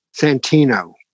Santino